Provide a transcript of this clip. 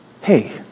hey